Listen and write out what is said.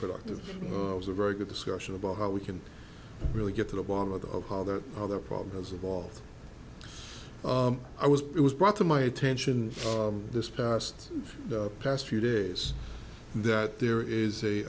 productive it was a very good discussion about how we can really get to the bottom of the of how that how that problem has evolved i was it was brought to my attention this past past few days that there is a